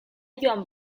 joan